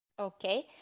Okay